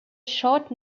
short